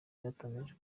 byatangaje